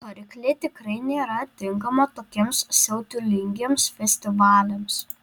karklė tikrai nėra tinkama tokiems siautulingiems festivaliams